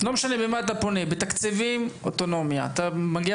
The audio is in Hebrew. לא משנה במה אתה פונה: בתקציבים אוטונומיה; אתה מגיע